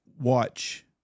watch –